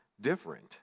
different